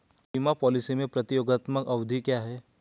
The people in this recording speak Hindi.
बीमा पॉलिसी में प्रतियोगात्मक अवधि क्या है?